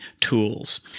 tools